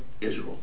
Israel